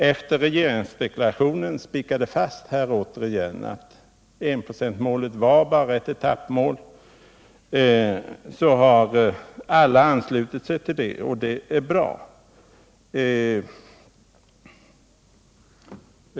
Sedan regeringsdeklarationen återigen hade spikat fast att enprocentsmålet bara var ett etappmål har alla anslutit sig till det, och det är bra.